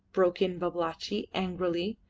broke in babalatchi, angrily.